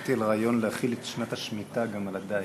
שמעתי על רעיון להחיל את שנת השמיטה גם על הדיג.